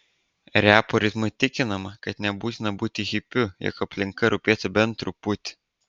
repo ritmu tikinama kad nebūtina būti hipiu jog aplinka rūpėtų bent truputį